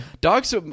Dogs